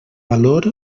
valor